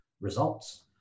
results